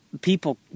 people